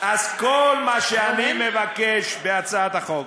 אז כל מה שאני מבקש בהצעת החוק,